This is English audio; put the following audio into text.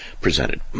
presented